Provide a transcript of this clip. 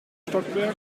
stockwerk